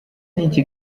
niki